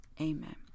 Amen